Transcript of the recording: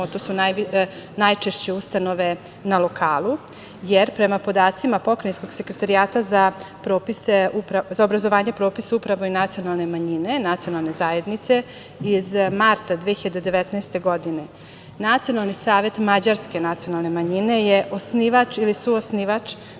To su najčešće ustanove na lokalu, jer prema podacima Pokrajinskog sekretarijata za obrazovanje, propisa uprava nacionalnih manjina nacionalne zajednice iz marta 2019. godine, Nacionalni savet mađarske nacionalne manjine je osnivač ili suosnivač.